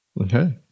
Okay